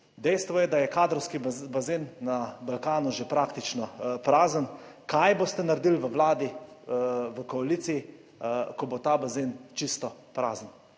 Dejstvo je, da je kadrovski bazen na Balkanu že praktično prazen. Kaj boste naredili v Vladi, v koaliciji, ko bo ta bazen čisto prazen?